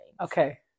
Okay